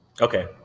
okay